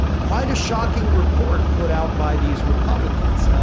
quite a shocking report put out by these republicans.